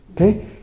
okay